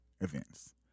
events